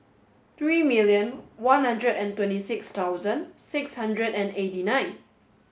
three million one hundred and twenty six thousand six hundred and eighty nine